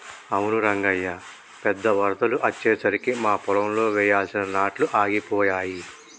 అవును రంగయ్య పెద్ద వరదలు అచ్చెసరికి మా పొలంలో వెయ్యాల్సిన నాట్లు ఆగిపోయాయి